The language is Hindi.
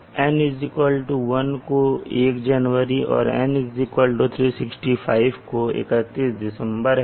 तो N1 को 1 जनवरी और N365 को 31 दिसंबर है